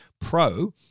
Pro